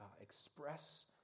express